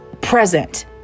present